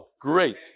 great